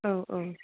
औ औ